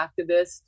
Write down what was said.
activist